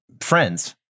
friends